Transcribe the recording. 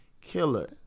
killer